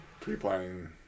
pre-planning